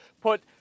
put